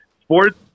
sports